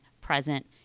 present